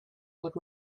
would